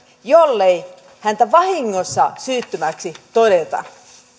jollei häntä vahingossa syyttömäksi todeta